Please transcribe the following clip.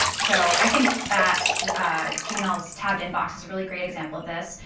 so i think that gmail's tabbed inbox is a really great example of this.